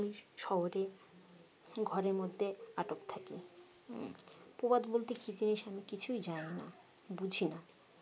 আমি শহরে ঘরের মধ্যে আটক থাকি প্রবাদ বলতে কী জিনিস আমি কিছুই জানাই না বুঝি না